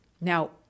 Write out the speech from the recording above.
Now